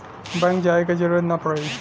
bank जाये क जरूरत ना पड़ी